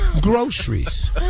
groceries